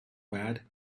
bad